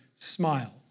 Smile